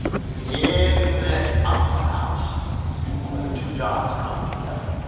and it's in that opera house where the two johns come together.